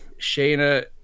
Shayna